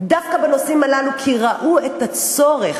דווקא בנושאים הללו, כי ראו צורך